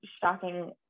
shocking